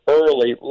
early